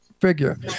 figure